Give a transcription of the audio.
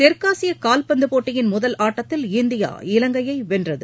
தெற்காசிய கால்பந்து போட்டியின் முதல் ஆட்டத்தில் இந்தியா இலங்கையை வென்றது